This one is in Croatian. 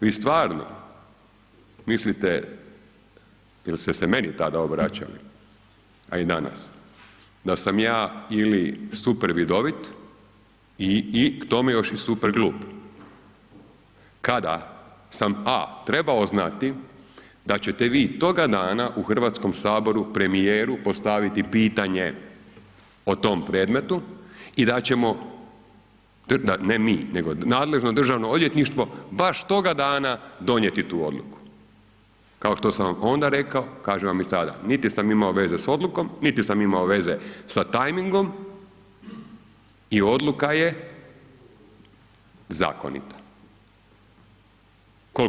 Vi stvarno mislite jer ste se meni tada obraćali a i danas, da sam ja ili super vidovit i k tome još i super glup kada sam, A trebao znati da ćete vi toga dana u Hrvatskom saboru premijeru postaviti pitanje o tome predmetu i da ćemo, ne mi nego nadležno državno odvjetništvo baš toga dana donijeti tu odluku. kao što sam vam onda rekao, kažem vam i sada, niti sam imao veze s odlukom, niti sam imao veze sa tajmingom i odluka je zakonita.